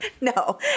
No